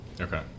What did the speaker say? Okay